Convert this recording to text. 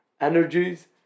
energies